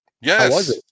yes